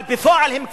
אבל בפועל הן כפרים.